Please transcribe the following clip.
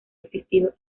existido